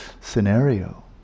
scenario